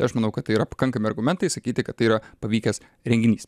tai aš manau kad tai yra pakankami argumentai sakyti kad tai yra pavykęs renginys